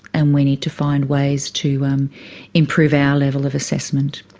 and we need to find ways to um improve our level of assessment.